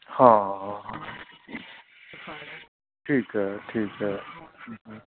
ਹਾਂ ਹਾਂ ਠੀਕ ਹੈ ਠੀਕ ਹੈ